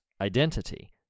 identity